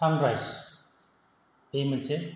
Sunrise बे मोनसे